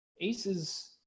ACES